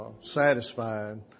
satisfied